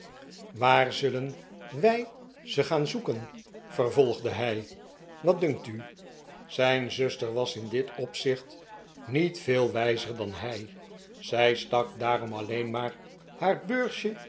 waar zullen wij ze gaan zoeken vervolgde hij wat dunkt u zijn zuster was in dit opzicht niet veel wijzer dan hij zij stak daarom alleen maar haar beursje